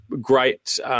great